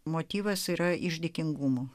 motyvas yra iš dėkingumo